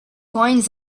coins